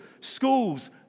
schools